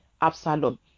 Absalom